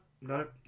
No